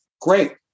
Great